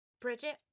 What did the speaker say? Bridget